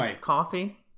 coffee